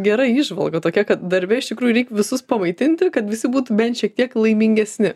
gera įžvalga tokia kad darbe iš tikrųjų reik visus pamaitinti kad visi būtų bent šiek tiek laimingesni